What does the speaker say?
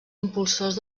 impulsors